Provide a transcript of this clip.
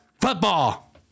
football